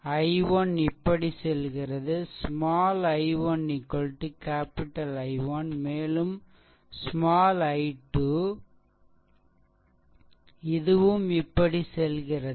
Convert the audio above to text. I1 இப்படி செல்கிறது small i1 capital I1 மேலும் small i2இதுவும் இப்படி செல்கிறது